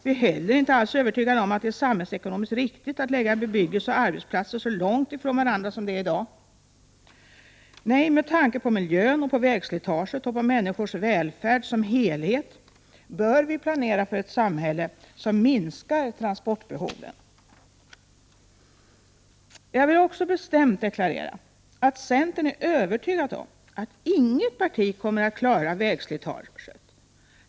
Vi är inte heller övertygade om att det är samhällsekonomiskt riktigt att lägga bebyggelse och arbetsplatser så långt ifrån varandra som i dag. Nej, med tanke på miljön, vägslitaget och på människors välfärd som helhet, bör vi planera för ett samhälle som minskar transportbehoven. Jag vill också bestämt deklarera att vi i centern är övertygade om att inget parti kommer att klara problemen med vägslitaget.